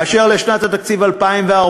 אשר לשנת התקציב 2014,